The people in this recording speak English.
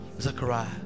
Zechariah